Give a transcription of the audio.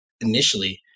initially